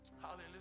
Hallelujah